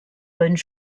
bonne